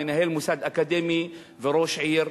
מנהל מוסד אקדמי וראש עיר,